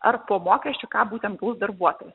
ar po mokesčių ką būtent gaus darbuotojas